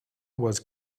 was